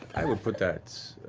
i would put that.